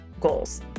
goals